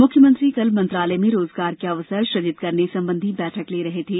मुख्यमंत्री कल मंत्रालय में रोजगार के अवसर सृजित करने संबंधी बैठक ले रहे थे